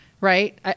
right